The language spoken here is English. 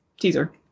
teaser